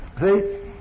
See